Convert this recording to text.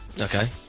Okay